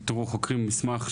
איתרו חוקרים מסמך,